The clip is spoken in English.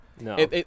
No